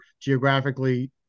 geographically